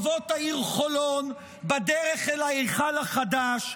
ברחובות העיר חולון בדרך אל ההיכל החדש.